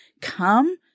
come